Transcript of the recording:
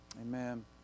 Amen